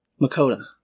Makota